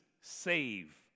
save